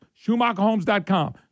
SchumacherHomes.com